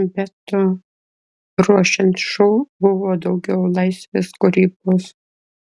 be to ruošiant šou buvo daugiau laisvės kūrybos